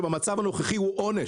שבמצב הנוכחי הוא עונש,